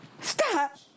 Stop